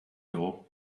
door